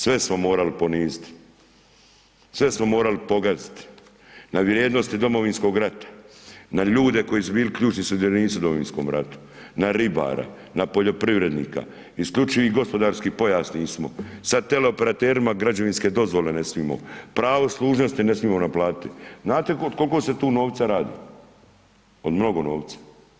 Sve smo morali poniziti, sve smo morali pogaziti, na vrijednosti Domovinskoga rata, na ljude koji su bil ključni sudionici u Domovinskome ratu, na ribara, na poljoprivrednika, na isključivi gospodarski pojas nismo, sad teleoperaterima građevinske dozvole ne smijemo, pravo služnosti ne smijemo naplatiti, znate o koliko se tu novca radi, o mnogo novca.